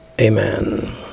Amen